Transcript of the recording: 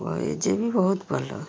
ଏଜେ ବି ବହୁତ ଭଲ